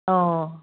অঁ